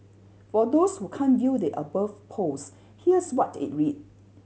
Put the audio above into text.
for those who can't view the above post here's what it read